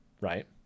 right